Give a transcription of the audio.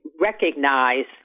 recognize